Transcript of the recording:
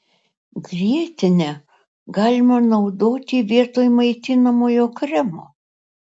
grietinę galima naudoti vietoj maitinamojo kremo